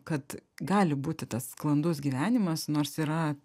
kad gali būti tas sklandus gyvenimas nors yra